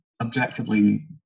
objectively